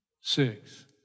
six